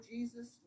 Jesus